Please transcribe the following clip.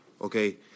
Okay